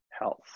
health